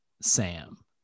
sam